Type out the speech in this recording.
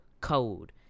code